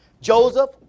Joseph